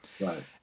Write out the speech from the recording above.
Right